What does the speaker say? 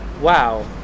wow